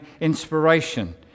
inspiration